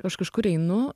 aš kažkur einu